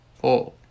four